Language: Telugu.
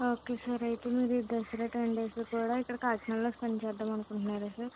ఓకే సార్ అయితే మీరు ఈ దసరా టెన్ డేసు కూడా ఇక్కడ కాకినాడలో స్పెండ్ చేద్దామనుకుంటూనారా సార్